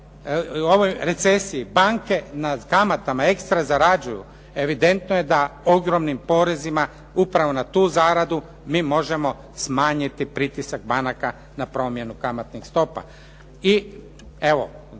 ovoj recesiji banke na kamatama ekstra zarađuju, evidentno je da ogromnim porezima upravo na tu zaradu mi možemo smanjiti pritisak banaka na promjenu kamatnih stopa.